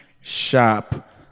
shop